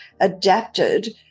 adapted